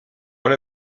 one